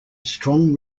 strong